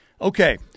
okay